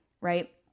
right